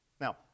Now